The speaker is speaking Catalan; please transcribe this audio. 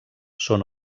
són